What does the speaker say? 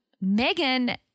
Megan